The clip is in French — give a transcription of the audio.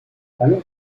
allons